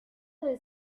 del